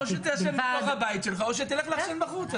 או שתעשן בתוך הבית שלך או שתלך לעשן בחוץ.